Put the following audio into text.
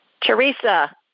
Teresa